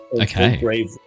okay